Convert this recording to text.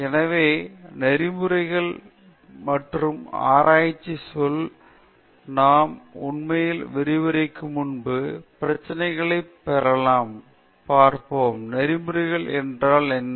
எனவே நெறிமுறைகள் மற்றும் ஆராய்ச்சி சொல் நாம் உண்மையில் விரிவுரைக்கு முன் பிரச்சினைகளைப் பெறலாம் பார்ப்போம் நெறிமுறைகள் என்ன